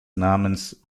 namens